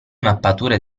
mappature